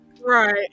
Right